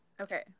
okay